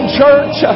church